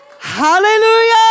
Hallelujah